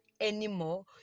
anymore